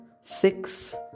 six